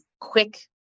quick